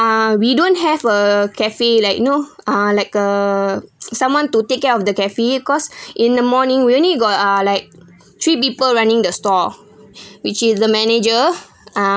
ah we don't have a cafe like you know ah like a someone to take care of the cafe cause in the morning we only got uh like three people running the store which is the manager ah